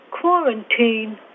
quarantine